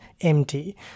empty